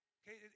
okay